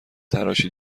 تراشی